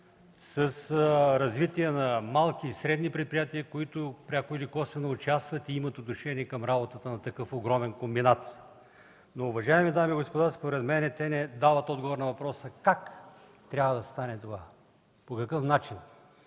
с развитие на малки и средни предприятия, които пряко или косвено участват и имат отношение към работата на такъв огромен комбинат. Но, уважаеми дами и господа, според мен те не дават отговор на въпроса: как трябва да стане това, по какъв начин?